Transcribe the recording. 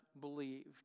believed